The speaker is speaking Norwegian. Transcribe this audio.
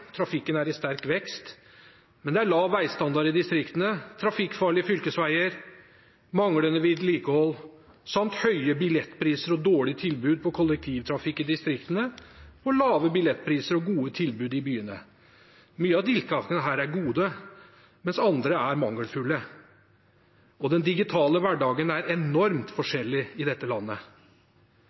trafikken er i sterk vekst, men det er lav veistandard i distriktene, trafikkfarlige fylkesveier, manglende vedlikehold samt høye billettpriser og dårlig tilbud på kollektivtrafikk i distriktene, og lave priser og gode tilbud i byene. Mange av tiltakene her er gode, mens andre er mangelfulle, og den digitale hverdagen er enormt forskjellig i dette landet.